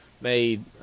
made